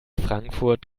frankfurt